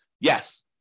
Yes